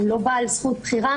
הוא לא בעל זכות בחירה,